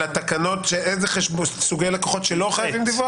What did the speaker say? על התקנות של איזה סוגי לקוחות שלא חייבים דיווח?